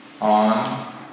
on